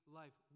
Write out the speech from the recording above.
life